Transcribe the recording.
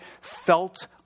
felt